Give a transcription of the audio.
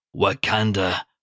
Wakanda